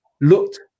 looked